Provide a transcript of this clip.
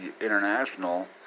international